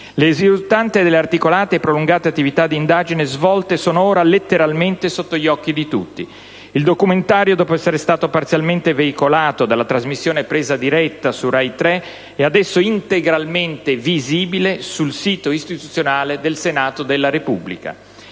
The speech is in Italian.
Le risultanze delle articolate e prolungate attività d'indagine svolte sono ora, letteralmente, sotto gli occhi di tutti: il documentario, dopo essere stato parzialmente veicolato dalla trasmissione «Presa diretta» su RAI 3, è adesso integralmente visibile sul sito istituzionale del Senato della Repubblica.